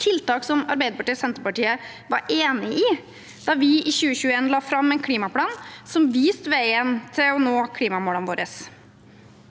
tiltak som Arbeiderpartiet og Senterpartiet var enig i da vi i 2021 la fram en klimaplan som viste veien til å nå klimamålene våre.